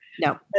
No